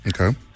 Okay